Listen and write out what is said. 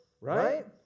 Right